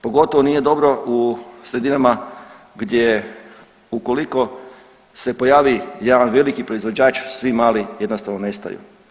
Pogotovo nije dobro u sredinama gdje ukoliko se pojavi jedan veliki proizvođač, svi mali jednostavno nestaju.